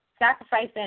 Sacrificing